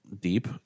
deep